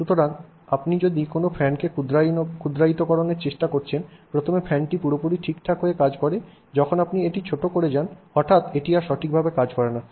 সুতরাং আপনি যদি কোনও ফ্যানকে ক্ষুদ্রায়িতকরণের চেষ্টা করছেন প্রথমে ফ্যানটি পুরোপুরি ঠিকঠাক হয়ে কাজ করে যখন আপনি এটি ছোট করে দেখান হঠাৎ এটি আর সঠিকভাবে কাজ করে না